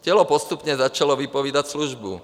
Tělo postupně začalo vypovídat službu.